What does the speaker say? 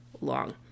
long